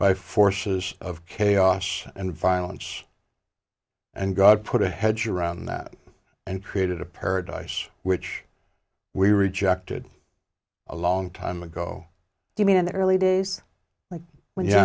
by forces of chaos and violence and god put a hedge around that and created a paradise which we rejected a long time ago you mean in the early days